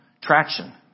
traction